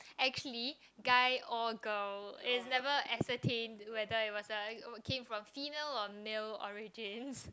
actually guy or girl is never ascertained whether he was a came from female or male origins